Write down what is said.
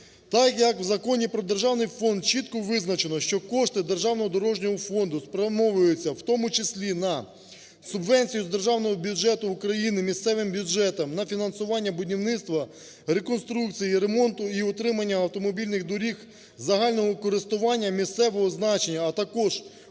Так як в Законі про державний фонд чітко визначено, що кошти Державного дорожнього фонду спрямовуються, в тому числі на субвенцію з державного бюджету України місцевим бюджетам, на фінансування будівництва, реконструкції, ремонту і утримання автомобільних доріг загального користування місцевого значення, а також